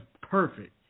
perfect